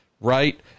right